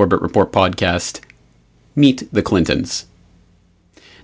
corporate report podcast meet the clintons